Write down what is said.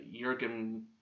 Jurgen